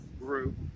group